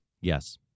Yes